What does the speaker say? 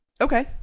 Okay